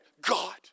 God